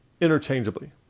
interchangeably